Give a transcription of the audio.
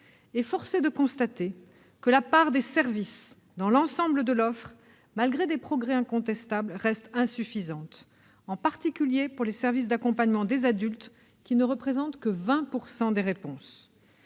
est de constater que la part des services dans l'ensemble de l'offre, malgré des progrès incontestables, reste insuffisante, en particulier pour les services d'accompagnement des adultes, qui ne représentent que 20 % des réponses.